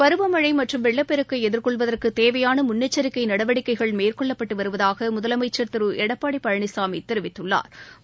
பருவமழை மற்றும் வெள்ளப்பெருக்கை எதிர்கொள்வதற்குத் தேவையான முன்னெச்சிக்கை நடவடிக்கைகள் மேற்கொள்ளப்பட்டு வருவதாக முதலமைச்ச் திரு எடப்பாடி பழனிசாமி தெரிவித்துள்ளாா்